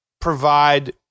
provide